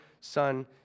Son